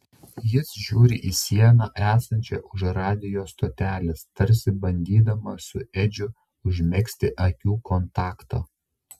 jis žiūri į sieną esančią už radijo stotelės tarsi bandydamas su edžiu užmegzti akių kontaktą